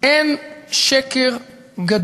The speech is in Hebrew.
שם חיים